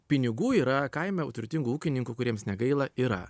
pinigų yra kaime turtingų ūkininkų kuriems negaila yra